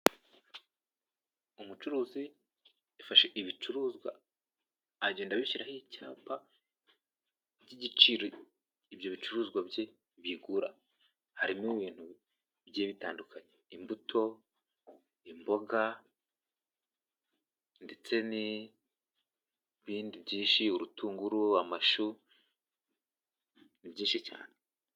Umucuruzi yafashe ibicuruzwa agenda abishyiraho icyapa by'igiciro ibyo bicuruzwa bye byigura, harimo ibintu bigiye bitandukanye, imbuto, imboga ndetse n'ibindi byinshi urutunguru, amashu ni byinshi cyane.